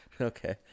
Okay